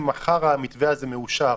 אם מחר המתווה הזה מאושר,